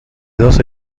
dos